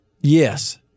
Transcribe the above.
Yes